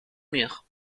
mur